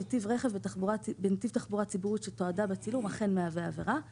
יבוא "נסיעת רכב בנתיב תחבורה ציבורית שתועדה בצילום אכן מהווה עבירה";